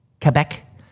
Quebec